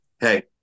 hey